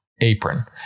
apron